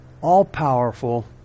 all-powerful